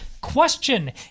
question